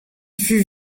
fut